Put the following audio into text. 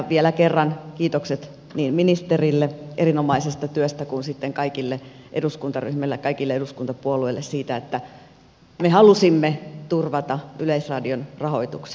vielä kerran kiitokset niin ministerille erinomaisesta työstä kuin kaikille eduskuntaryhmille kaikille eduskuntapuolueille siitä että me halusimme turvata yleisradion rahoituksen